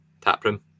taproom